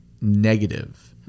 negative